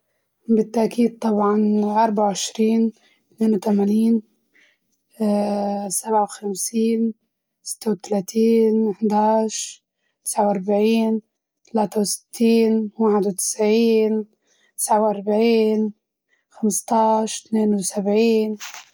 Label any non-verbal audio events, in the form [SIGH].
بالتأكيد طبعاً أربعة وعشرين اثنين وثمانين، [HESITATION] سبعة وخمسين ستة وثلاثين أحد عشر، تسعة وأربعين ثلاثة وستين واحد وتسعين، تسعة وأربعين خمسة عشر اثنين وسبعين.